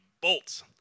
bolts